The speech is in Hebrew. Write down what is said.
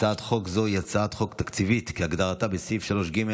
הצעת חוק זו היא הצעת חוק תקציבית כהגדרתה בסעיף 3(ג)